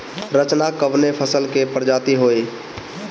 रचना कवने फसल के प्रजाति हयुए?